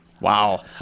Wow